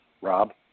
Rob